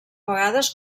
vegades